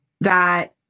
that-